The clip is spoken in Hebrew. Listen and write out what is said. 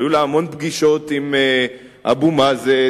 היו לה המון פגישות עם אבו מאזן,